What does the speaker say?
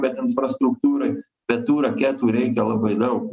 bet infrastruktūrai bet tų raketų reikia labai daug